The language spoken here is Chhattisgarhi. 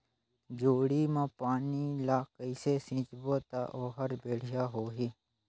जोणी मा पानी ला कइसे सिंचबो ता ओहार बेडिया होही?